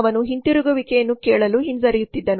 ಅವನು ಹಿಂತಿರುಗುವಿಕೆಯನ್ನು ಕೇಳಲು ಹಿಂಜರಿಯುತ್ತಿದ್ದನು